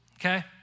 okay